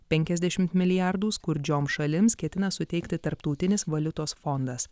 penkiasdešim milijardų skurdžiom šalims ketina suteikti tarptautinis valiutos fondas